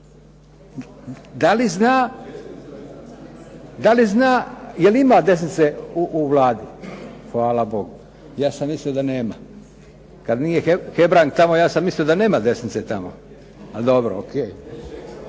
u Vladi? Da li zna je li ima desnice u Vladi? Hvala Bogu, ja sam mislio da nema. Kada nije Hebrang tamo ja sam mislio da nema desnice tamo. A dobro. O.k.